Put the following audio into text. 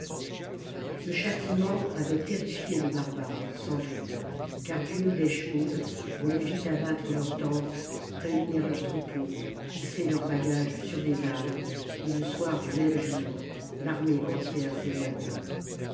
ce châtiment avait terrifié les barbares sans doute car du haut d'eschmoûn on les vit abattre leurs tentes réunir leurs troupeaux hisser leurs bagages sur des ânes et le soir du même jour l'armée entière s'éloigna